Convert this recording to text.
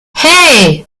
hey